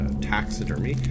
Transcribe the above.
taxidermy